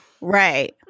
Right